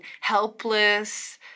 helpless